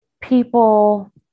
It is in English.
people